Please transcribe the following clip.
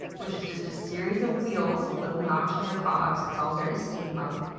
which is just a series of wheels with little notches or cogs. it's all very steampunk.